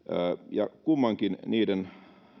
ja kummankin niiden